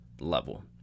level